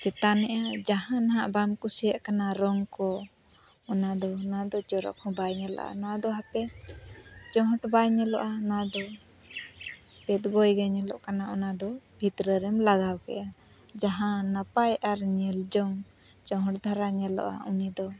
ᱪᱮᱛᱟᱱᱮᱜᱼᱟ ᱡᱟᱦᱟᱸ ᱱᱟᱜ ᱵᱟᱢ ᱠᱩᱥᱤᱭᱟᱜ ᱠᱟᱱᱟ ᱨᱚᱝ ᱠᱚ ᱚᱱᱟ ᱫᱚ ᱚᱱᱟ ᱫᱚ ᱪᱚᱨᱚᱠ ᱦᱚᱸ ᱵᱟᱭ ᱧᱮᱞᱚᱜᱼᱟ ᱱᱚᱣᱟ ᱫᱚ ᱦᱟᱯᱮᱱ ᱪᱚᱦᱚᱸᱴ ᱵᱟᱭ ᱧᱮᱞᱚᱜᱼᱟ ᱱᱚᱣᱟ ᱫᱚ ᱯᱮᱫᱽ ᱜᱚᱭᱜᱮ ᱧᱮᱞᱚᱜ ᱠᱟᱱᱟ ᱚᱱᱟ ᱫᱚ ᱵᱷᱤᱛᱨᱤ ᱨᱮᱢ ᱞᱟᱜᱟᱣ ᱠᱮᱜᱼᱟ ᱡᱟᱦᱟᱸ ᱱᱟᱯᱟᱭ ᱟᱨ ᱧᱮᱞ ᱡᱚᱝ ᱪᱚᱦᱚᱸᱴ ᱫᱷᱟᱨᱟ ᱧᱮᱞᱚᱜᱼᱟ ᱩᱱᱤ ᱫᱚ